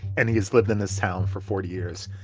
and he has lived in this town for forty years.